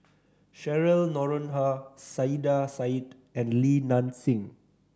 Cheryl Noronha Saiedah Said and Li Nanxing